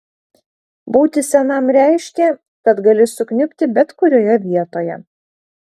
būti senam reiškė kad gali sukniubti bet kurioje vietoje